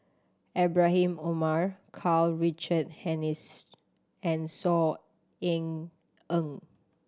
Ibrahim Omar Karl Richard Hanitsch and Saw Ean Ang